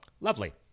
lovely